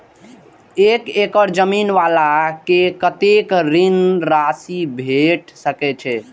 एक एकड़ जमीन वाला के कतेक ऋण राशि भेट सकै छै?